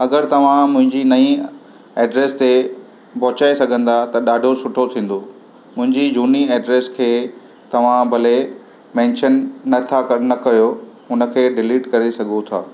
अगरि तव्हां मुंहिंजी नईं एड्रेस ते पहुचाए सघंदा त ॾाढो सुठो थींदो मुंहिंजी झूनी एड्रेस खे तव्हां भले मेंशन नथा कनि न कयो हुनखे डिलीट करे सघो था